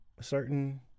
certain